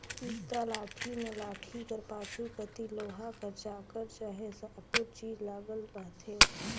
इरता लाठी मे लाठी कर पाछू कती लोहा कर चाकर चहे साकुर चीज लगल रहथे